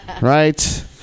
Right